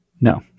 No